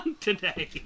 today